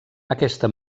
aquesta